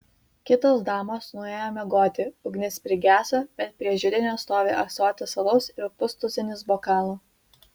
kitos damos nuėjo miegoti ugnis prigeso bet prie židinio stovi ąsotis alaus ir pustuzinis bokalų